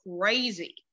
crazy